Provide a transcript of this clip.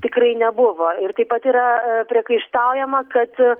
tikrai nebuvo ir taip pat yra a priekaištaujama kad